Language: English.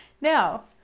Now